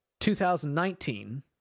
2019